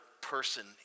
person